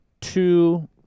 two